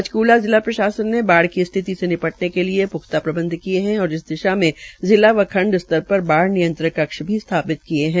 पंचक्ला जिला प्रशासन ने बाढ़ की स्थिति से निपटने प्खता प्रबंध किये है और इस दिशा में जिला व खंड स्तर पर बाढ़ नियत्रण कक्ष भी सथापित किये गये है